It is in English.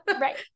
Right